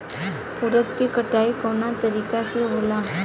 उरद के कटाई कवना तरीका से होला?